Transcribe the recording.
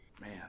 Man